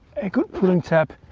a good pulling tab.